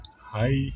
hi